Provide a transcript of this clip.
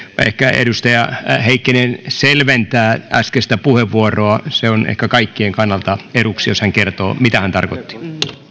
ehkä edustaja heikkinen selventää äskeistä puheenvuoroaan on ehkä kaikkien kannalta eduksi jos hän kertoo mitä hän tarkoitti